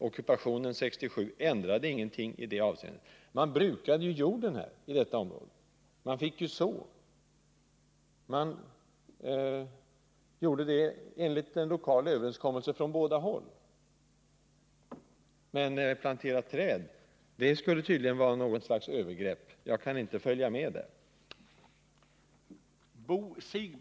Ockupationen 1967 ändrade ingenting i det avseendet. Man brukade jorden i detta område — sådde och skördade. Man gjorde det enligt en lokal överenskommelse från båda håll. Men att plantera träd skulle tydligen vara något slags övergrepp. Det är obegripligt.